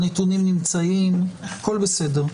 הנתונים נמצאים והכל בסדר.